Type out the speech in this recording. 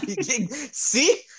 See